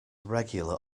regular